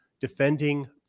defending